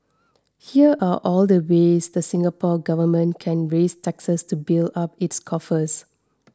here are all the ways the Singapore Government can raise taxes to build up its coffers